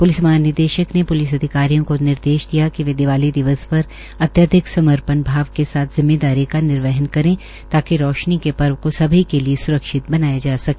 police महानिदेशक के police अधिकारियों को निर्देश दिया कि वे दिवाली दिवस पर अत्यधिक समर्पण भाव के साथ जिम्मेदारी का निर्वहन करें ताकि रोशनी के पर्व को सभी के लिए सुरक्षित बनाया जा सके